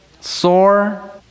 sore